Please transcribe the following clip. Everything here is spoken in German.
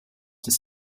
des